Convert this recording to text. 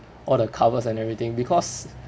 all the cupboards and everything because